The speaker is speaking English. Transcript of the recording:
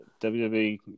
WWE